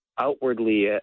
outwardly